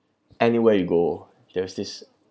anywhere you go there is this